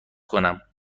کنم